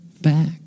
back